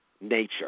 nature